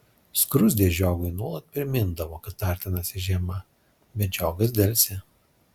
skruzdė žiogui nuolat primindavo kad artinasi žiema bet žiogas delsė